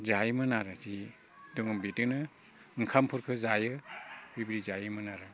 जायोमोन आरो जि दङ बिदिनो ओंखामफोरखौ जायो बिबायदि जायोमोन आरो